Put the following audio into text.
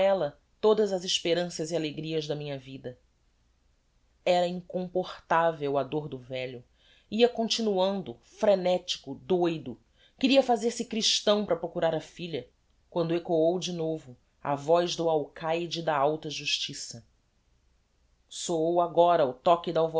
ella todas as esperanças e alegrias da minha vida era incomportavel a dôr do velho ia continuando frenetico doido queria fazer-se christão para procurar a filha quando eccoou de novo a voz do alcaide da alta justiça soou agora o toque da